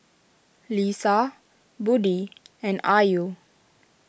Lisa Budi and Ayu